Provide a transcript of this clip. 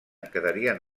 quedarien